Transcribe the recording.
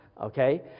Okay